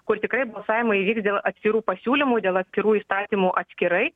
kur tikrai balsavimai įvyks dėl atskirų pasiūlymų dėl atskirų įstatymų atskirai